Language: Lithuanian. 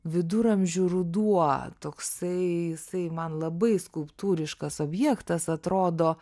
viduramžių ruduo toksai jisai man labai skulptūriškas objektas atrodo